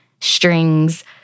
strings